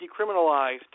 decriminalized